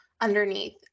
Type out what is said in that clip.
underneath